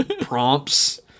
prompts